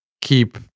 keep